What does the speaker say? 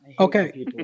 Okay